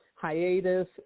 hiatus